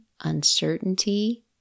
uncertainty